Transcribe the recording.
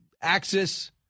axis